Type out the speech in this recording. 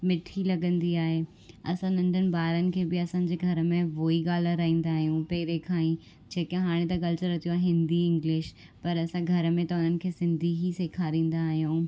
मिठी लॻंदी आहे असां नंढनि ॿारनि खे बि असांजे घर में उहो ई ॻाल्हराए ईंदा आहियूं पहिरें खां ही जेके हाणे त कल्चर अची वियो आहे हिंदी इंग्लिश पर असां घर में त हुननि खे सिंधी ई सेखारींदा आहियूं